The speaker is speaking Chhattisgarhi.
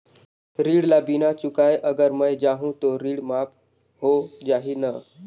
ऋण ला बिना चुकाय अगर मै जाहूं तो ऋण माफ हो जाही न?